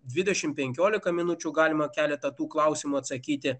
dvidešim penkiolika minučių galima keletą tų klausimų atsakyti